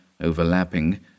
overlapping